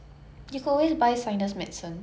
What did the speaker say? lose my sense of smell I don't know